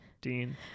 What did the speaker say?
Dean